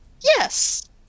Yes